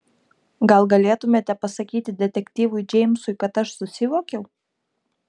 gal galėtumėte pasakyti detektyvui džeimsui kad aš susivokiau